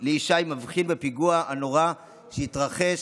ישי הבחין בפיגוע הנורא שהתרחש,